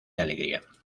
alegría